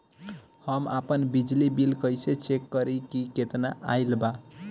हम आपन बिजली बिल कइसे चेक करि की केतना आइल बा?